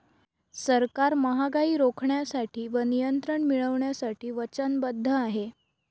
सरकार महागाई रोखण्यासाठी व नियंत्रण मिळवण्यासाठी वचनबद्ध आहे